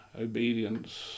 obedience